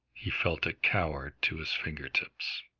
he felt a coward to his fingertips.